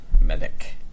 Medic